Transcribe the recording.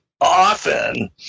often